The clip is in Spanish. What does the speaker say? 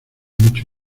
mucho